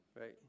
right